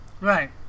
Right